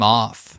off